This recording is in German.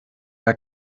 der